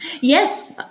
Yes